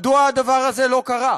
מדוע הדבר הזה לא קרה?